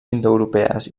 indoeuropees